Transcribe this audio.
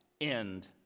end